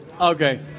Okay